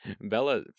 Bella